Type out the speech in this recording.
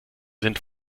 sind